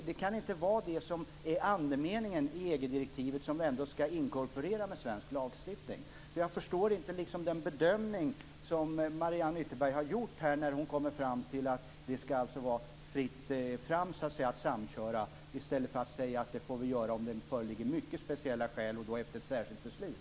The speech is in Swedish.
Det kan inte vara detta som är andemeningen i det EG-direktiv som ändå skall inkorporeras i svensk lagstiftning. Jag förstår inte den bedömning som Mariann Ytterberg har gjort när hon kommer fram till att det skall vara fritt fram att samköra i stället för att säga att vi får göra det om det föreligger mycket speciella skäl - och då efter ett särskilt beslut.